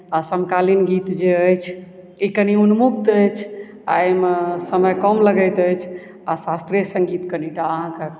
आओर समकालीन गीत जे अछि ई कनी उन्मुक्त अछि आओर एहिमे समय कम लगैत अछि आओर शास्त्रीय सङ्गीत कनिटा अहाँके